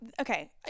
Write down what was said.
Okay